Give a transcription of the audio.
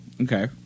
Okay